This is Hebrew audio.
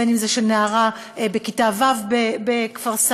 בין שזה של נערה בכיתה ו' בכפר-סבא,